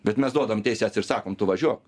bet mes duodam teises ir sakome tu važiuok